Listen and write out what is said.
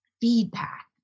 feedback